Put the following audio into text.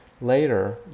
Later